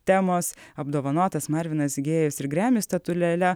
temos apdovanotas marvinas gėjus ir griamy statulėle